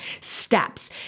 steps